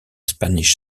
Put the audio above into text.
spanish